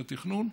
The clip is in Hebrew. ועדות התכנון.